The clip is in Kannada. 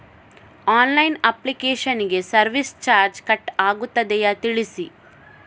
ಆನ್ಲೈನ್ ಅಪ್ಲಿಕೇಶನ್ ಗೆ ಸರ್ವಿಸ್ ಚಾರ್ಜ್ ಕಟ್ ಆಗುತ್ತದೆಯಾ ತಿಳಿಸಿ?